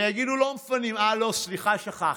ויגידו: לא מפנים, אה, לא, סליחה, שכחתי: